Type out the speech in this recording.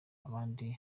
abandi